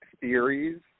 theories